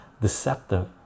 deceptive